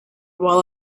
while